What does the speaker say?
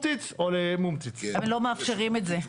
אבל הם לא מאפשרים את זה.